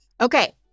Okay